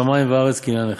שמים וארץ, קניין אחד,